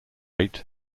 eight